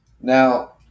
Now